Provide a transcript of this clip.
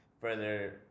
further